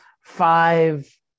five